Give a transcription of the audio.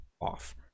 off